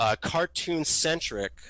cartoon-centric